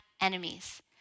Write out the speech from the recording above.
enemies